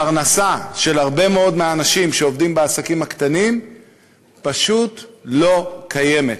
הפרנסה של הרבה מאוד מהאנשים שעובדים בעסקים הקטנים פשוט לא קיימת.